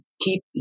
keep